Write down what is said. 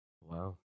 Wow